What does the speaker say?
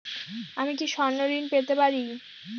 আমি কি স্বর্ণ ঋণ পেতে পারি?